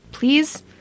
Please